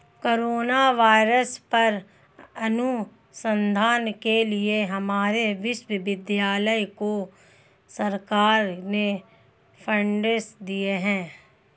corona virus पर अनुसंधान के लिए हमारे विश्वविद्यालय को सरकार ने फंडस दिए हैं